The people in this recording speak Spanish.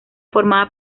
formada